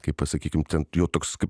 kaip pasakykim ten jau toks